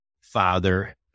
father